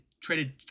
traded